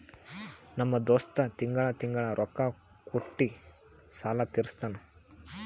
ನಮ್ ದೋಸ್ತ ತಿಂಗಳಾ ತಿಂಗಳಾ ರೊಕ್ಕಾ ಕೊಟ್ಟಿ ಸಾಲ ತೀರಸ್ತಾನ್